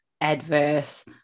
adverse